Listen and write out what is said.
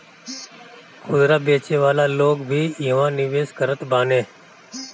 खुदरा बेचे वाला लोग भी इहवा निवेश करत बाने